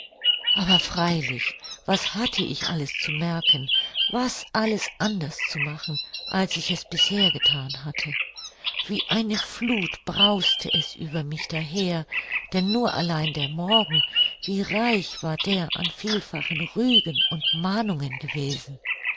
aber freilich was hatte ich alles zu merken was alles anders zu machen als ich es bisher gethan hatte wie eine fluth brauste es über mich daher denn nur allein der morgen wie reich war der an vielfachen rügen und mahnungen gewesen